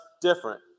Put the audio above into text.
different